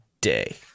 day